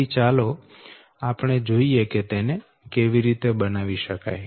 તેથી ચાલો આપણે જોઈએ કે તેને કેવી રીતે બનાવી શકાય